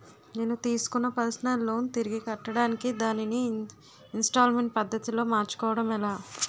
నేను తిస్కున్న personal loan తిరిగి కట్టడానికి దానిని ఇంస్తాల్మేంట్ పద్ధతి లో మార్చుకోవడం ఎలా?